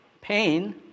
pain